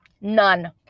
None